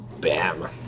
Bam